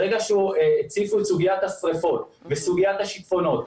ברגע שהציפו את סוגיית השריפות וסוגיית השיטפונות,